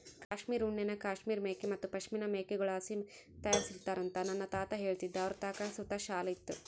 ಕಾಶ್ಮೀರ್ ಉಣ್ಣೆನ ಕಾಶ್ಮೀರ್ ಮೇಕೆ ಮತ್ತೆ ಪಶ್ಮಿನಾ ಮೇಕೆಗುಳ್ಳಾಸಿ ತಯಾರಿಸ್ತಾರಂತ ನನ್ನ ತಾತ ಹೇಳ್ತಿದ್ದ ಅವರತಾಕ ಸುತ ಶಾಲು ಇತ್ತು